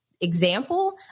example